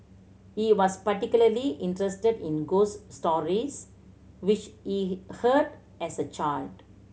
he was particularly interested in ghost stories which he heard as a child